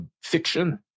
fiction